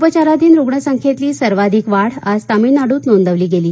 उपचाराधीन रुग्ण संख्येतली सर्वाधिक वाढ आज तमिळनाडूत नोंदवली गेली